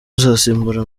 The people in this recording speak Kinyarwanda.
uzasimbura